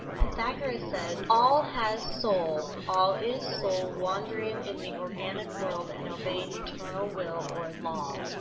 pythagoras says all has soul all is soul wandering in the organic world, and obeying eternal will or law.